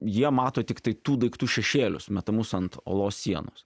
jie mato tiktai tų daiktų šešėlius metamus ant olos sienos